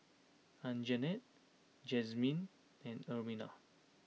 Anjanette Jazmin and Ermina